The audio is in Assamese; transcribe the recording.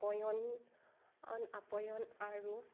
আপয়ন অন আপয়ন আৰু